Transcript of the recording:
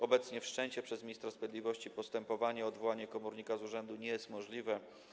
Obecnie wszczęcie przez ministra sprawiedliwości postępowania o odwołanie komornika z urzędu nie jest możliwe.